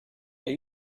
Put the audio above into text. are